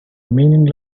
meaning